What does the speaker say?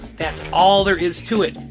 that's all there is to it.